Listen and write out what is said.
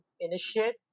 initiate